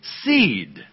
seed